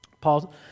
Paul